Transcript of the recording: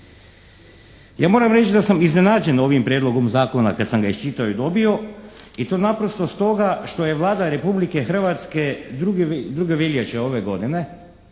Ja moram reći da sam iznenađen ovim Prijedlogom zakona kad sam ga iščitao i dobio i to naprosto stoga što je Vlada Republike Hrvatske 2. veljače ove godine